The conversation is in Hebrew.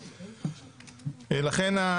לכן,